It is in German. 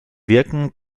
wirken